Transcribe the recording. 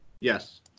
Yes